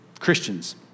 Christians